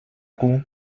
coup